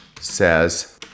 says